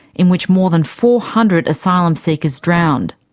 in which more than four hundred asylum seekers drowned.